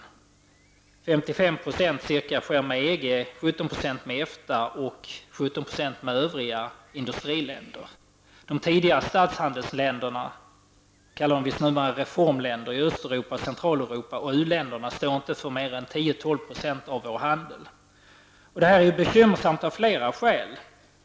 Ca 55 % sker med EG, 17 % med EFTA och 17 % med övriga industriländer. De tidigare statshandelsländerna, som numera kallas reformländer, i Östeuropa och i Centraleuropa samt u-länderna står inte för mer än 10--12 % av vår handel. Detta är bekymmersamt av flera skäl.